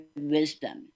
wisdom